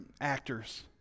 actors